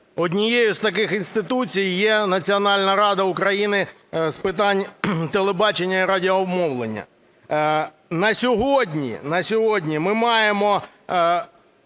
Однією з таких інституцій є Національна рада України з питань телебачення і радіомовлення. На сьогодні ми маємо